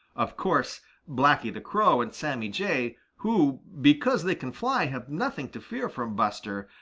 of course blacky the crow and sammy jay, who, because they can fly, have nothing to fear from buster,